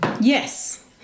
yes